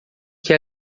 que